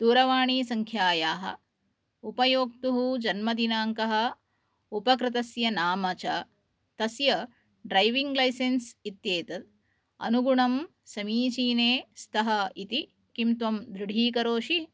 दूरवाणी सङ्ख्यायाः उपयोक्तुः जन्मदिनाङ्कः उपकृतस्य नाम च तस्य ड्रैविङ्ग् लैसेन्स् इत्येतत् अनुगुणं समीचीने स्तः इति किम् त्वं दृढीकरोषि